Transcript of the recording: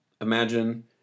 imagine